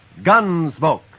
Gunsmoke